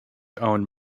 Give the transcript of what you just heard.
owned